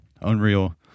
unreal